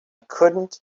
couldn’t